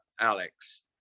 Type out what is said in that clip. alex